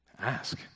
Ask